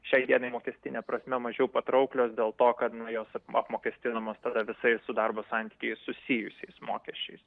šiai dienai mokestine prasme mažiau patrauklios dėl to kad nu jos apmokestinamos tada visais su darbo santykiais susijusiais mokesčiais